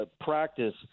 practice